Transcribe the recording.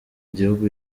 gihugu